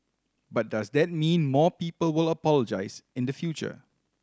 but does that mean more people will apologise in the future